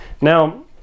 now